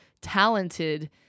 talented